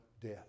death